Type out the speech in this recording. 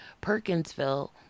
perkinsville